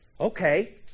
Okay